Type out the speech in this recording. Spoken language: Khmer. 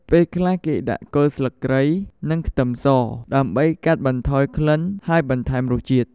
ពេលខ្លះគេដាក់គល់ស្លឹកគ្រៃ និងខ្ទឹមសដើម្បីកាត់បន្ថយក្លិនហើយបន្ថែមរសជាតិ។